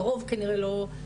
הרוב כנראה לא עושות,